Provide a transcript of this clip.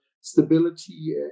stability